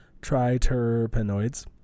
triterpenoids